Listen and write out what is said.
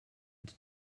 and